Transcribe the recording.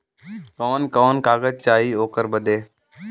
कवन कवन कागज चाही ओकर बदे?